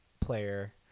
player